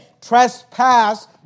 Trespass